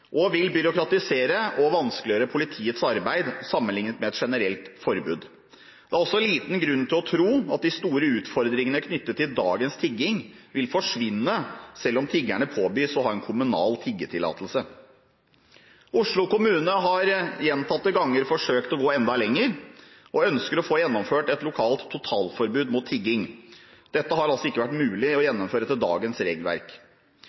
og vil byråkratisere og vanskeliggjøre politiets arbeid sammenlignet med et generelt forbud. Det er også liten grunn til å tro at de store utfordringene knyttet til dagens tigging vil forsvinne selv om tiggerne påbys å ha en kommunal tiggetillatelse. Oslo kommune har gjentatte ganger forsøkt å gå enda lenger og ønsker å få gjennomført et lokalt totalforbud mot tigging. Dette har altså ikke vært mulig å gjennomføre etter dagens regelverk.